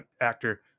actor